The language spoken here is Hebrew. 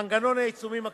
מנגנון העיצומים הכספיים,